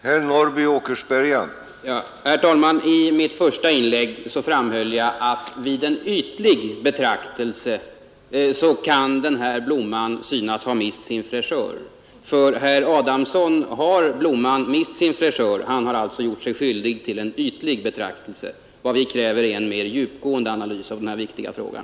Herr talman! I mitt första inlägg framhöll jag att vid en ptlig betraktelse kan den här blomman synas ha mist sin fräschör. För herr Adamsson har blomman mist sin fräschör — han har alltså gjort sig skyldig till en ytlig betraktelse. Vad vi kräver är en mer djupgående analys av den här viktiga frågan.